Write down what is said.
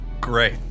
great